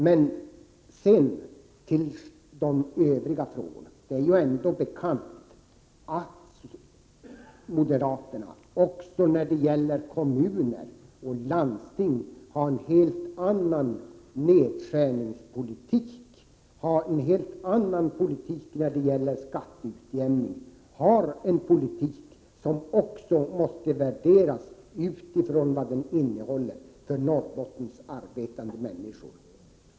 När det gäller de övriga frågorna är det ju ändå bekant att moderaterna också när det gäller kommuner och landsting har en helt annan nedskärningspolitik, en helt annan politik i fråga om skatteutjämning, en politik som också måste värderas utifrån vad den innehåller för Norrbottens arbetande människor.